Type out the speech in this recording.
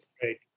Great